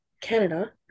Canada